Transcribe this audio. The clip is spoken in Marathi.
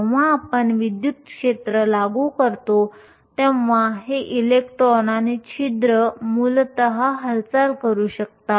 जेव्हा आपण विद्युत क्षेत्र लागू करतो तेव्हा हे इलेक्ट्रॉन आणि छिद्र मूलतः हालचाल करू शकतात